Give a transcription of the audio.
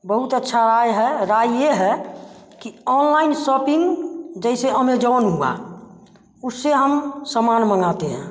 बहुत अच्छा राय है राय ये है कि ऑनलाइन सॉपिंग जैसे अमेजॉन हुआ उससे हम सामान मंगाते हैं